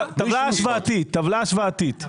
הוא